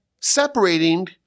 separating